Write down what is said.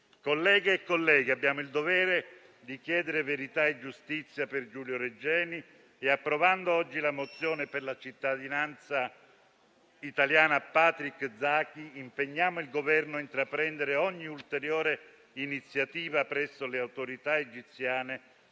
Colleghe e colleghi, abbiamo il dovere di chiedere verità e giustizia per Giulio Regeni e approvando oggi la mozione per la cittadinanza italiana a Patrick Zaki impegniamo il Governo ad intraprendere ogni ulteriore iniziativa presso le autorità egiziane